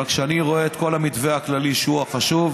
אבל כשאני רואה את כל המתווה הכללי, שהוא החשוב,